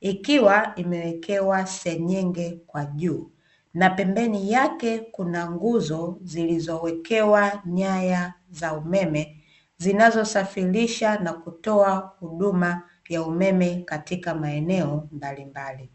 ikiwa imewekewa senyenge kwa juu, na pembeni yake kuna nguzo zilizowekewa nyaya za umeme, zinazo safirisha na kutoa huduma ya umeme katika maeneo mbalimbali.